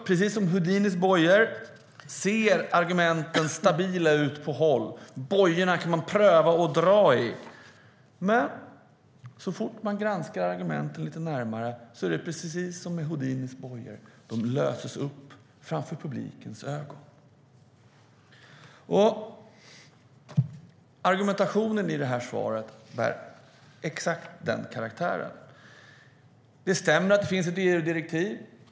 Precis som Houdinis bojor ser argumenten stabila ut på håll. Bojorna kan man pröva att dra i, men så fort man granskar argumenten lite närmare är det precis som med Houdinis bojor - de löses upp framför publikens ögon. Argumentationen i svaret bär exakt den karaktären. Det stämmer att det finns ett EU-direktiv.